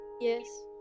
Yes